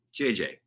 JJ